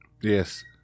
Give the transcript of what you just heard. Yes